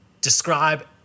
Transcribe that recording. describe